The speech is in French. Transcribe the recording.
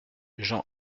jean